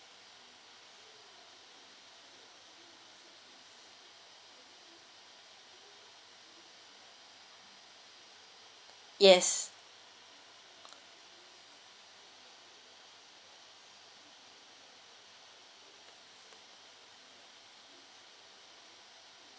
yes